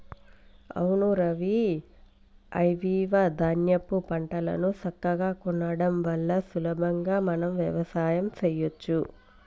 అవును రవి ఐవివ ధాన్యాపు పంటలను సక్కగా కొనడం వల్ల సులభంగా మనం వ్యవసాయం సెయ్యచ్చు